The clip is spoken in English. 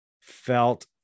felt